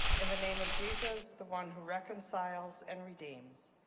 in the name of jesus, the one who reconciles and redeems.